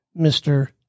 Mr